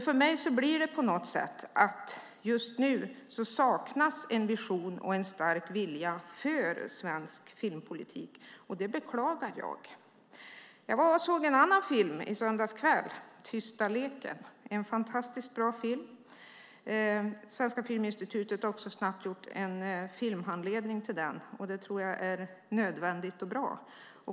För mig blir det på något sätt så att det just nu saknas en vision och en stark vilja för svensk filmpolitik. Det beklagar jag. Jag var och såg en annan film i söndags kväll, Tysta leken . Det är en fantastiskt bra film. Svenska Filminstitutet har också snabbt gjort en filmhandledning till den. Det tror jag är nödvändigt och bra.